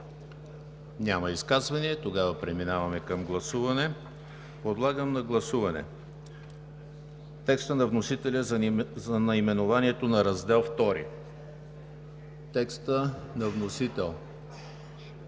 текста на вносителя